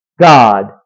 God